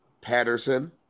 Patterson